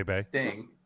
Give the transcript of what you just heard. Sting